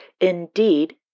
indeed